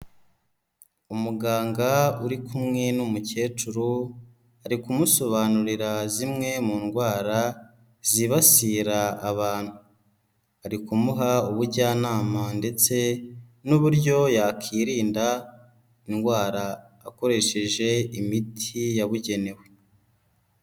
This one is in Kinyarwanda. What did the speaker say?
Umuganga uri kumwe n'umukecuru, ari kumusobanurira zimwe mu ndwara zibasira abantu, ari kumuha ubujyanama ndetse n'uburyo yakirinda indwara, akoresheje imiti yabugenewe.